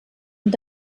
und